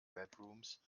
bedrooms